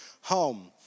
home